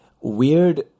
weird